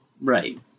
right